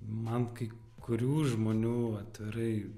man kai kurių žmonių atvirai